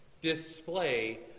display